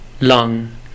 Lung